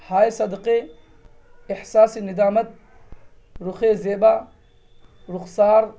ہائے صدقے احساس ندامت رخ زیبا رخسار